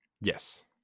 Yes